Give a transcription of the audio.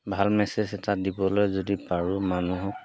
ভাল মেছেজ এটা দিবলৈ যদি পাৰোঁ মানুহক